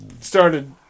started